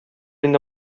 инде